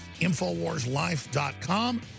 InfoWarsLife.com